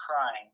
crying